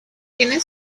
tiene